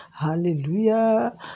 hallelujah